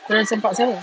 pernah terserempak siapa